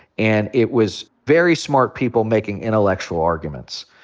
and it was very smart people making intellectual arguments.